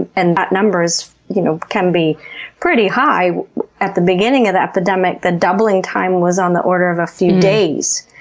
and that number you know can be pretty high at the beginning of the epidemic, the doubling time was on the order of a few days.